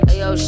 Ayo